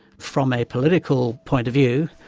from a political point of view,